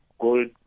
gold